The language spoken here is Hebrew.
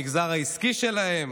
המגזר העסקי שלהם,